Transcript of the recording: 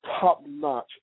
top-notch